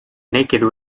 naked